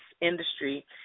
industry